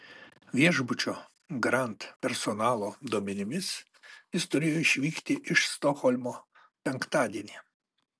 viešbučio grand personalo duomenimis jis turėjo išvykti iš stokholmo penktadienį